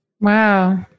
Wow